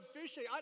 fishing